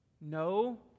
No